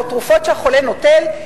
או תרופות שהחולה נוטל,